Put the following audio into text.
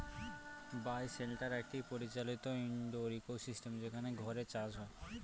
বায় shelter একটি পরিচালিত indoor ecosystem যেখানে ঘরে চাষ হয়